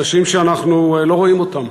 אנשים שאנחנו לא רואים אותם.